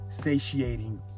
satiating